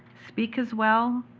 speak as well,